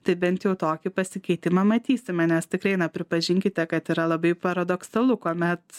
tai bent jau tokį pasikeitimą matysime nes tikrai na pripažinkite kad yra labai paradoksalu kuomet